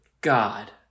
god